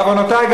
בעוונותי,